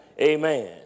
Amen